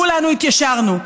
כולנו התיישרנו.